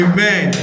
Amen